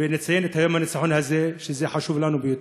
ונציין את יום הניצחון הזה, שחשוב לנו ביותר.